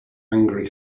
angry